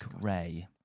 Ray